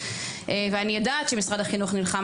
ואני יודעת שמשרד החינוך נלחם,